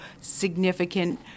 significant